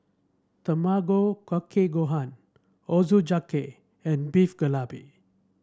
Tamago Kake Gohan Ochazuke and Beef